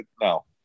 no